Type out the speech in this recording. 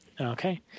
Okay